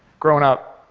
growing up,